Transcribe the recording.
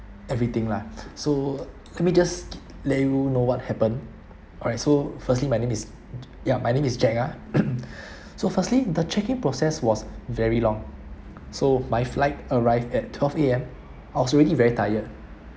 everything lah so let me just let you know what happen alright so firstly my is ya my name is jack ah so firstly the check-in process was very long so my flight arrived at twelve A_M I was already very tired